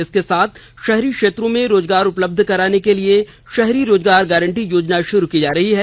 इसके साथ शहरी क्षेत्रों में रोजगार उपलब्ध कराने के लिए शहरी रोजगार गारंटी योजना शुरू की जा रही है